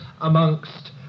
amongst